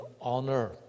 honor